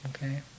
Okay